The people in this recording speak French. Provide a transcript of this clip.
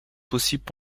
possibles